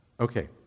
Okay